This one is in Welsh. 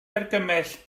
argymell